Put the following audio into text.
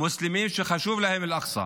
מוסלמים שאל-אקצא